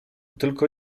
tylko